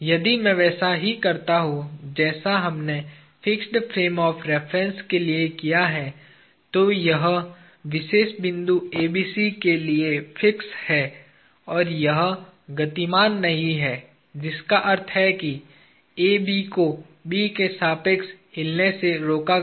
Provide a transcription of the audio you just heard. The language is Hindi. यदि मैं वैसा ही करता हूँ जैसा हमने फिक्स्ड फ्रेम ऑफ़ रेफरेन्स के लिए किया है तो यह विशेष बिंदु ABC के लिए फिक्स है और यह गतिमान नहीं है जिसका अर्थ है कि AB को B के सापेक्ष हिलने से रोका गया